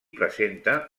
presenta